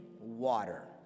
water